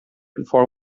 before